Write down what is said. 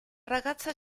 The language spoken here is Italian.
ragazza